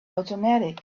automatic